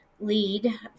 lead